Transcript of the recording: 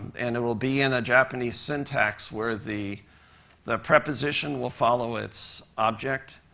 and it will be in a japanese syntax where the the preposition will follow its object,